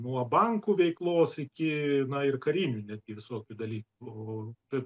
nuo bankų veiklos iki na ir karinių netgi visokių dalykų taip